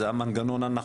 זה המנגנון הנכון.